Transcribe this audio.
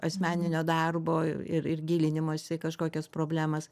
asmeninio darbo ir ir gilinimosi kažkokias problemas